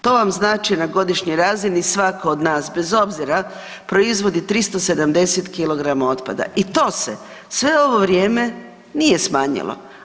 To vam znači na godišnjoj razini, svatko od nas bez obzira proizvodi 370 kilograma otpada i to se sve ovo vrijeme nije smanjilo.